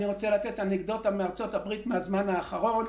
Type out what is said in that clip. אני רוצה לתת אנקדוטה מארצות הברית מהזמן האחרון,